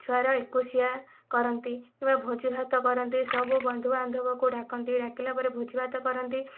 ଛୁଆର ଏକୋଇଶିଆ କରନ୍ତି କିମ୍ବା ଭୋଜିଭାତ କରନ୍ତି ସବୁ ବନ୍ଧୁବାନ୍ଧବକୁ ଡାକନ୍ତି ଡାକିଲା ପରେ ଭୋଜିଭାତ କରନ୍ତି